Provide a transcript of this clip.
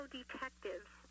detectives